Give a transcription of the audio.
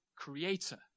creator